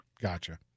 Gotcha